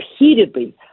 repeatedly